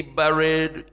buried